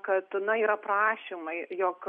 kad na yra prašymai jog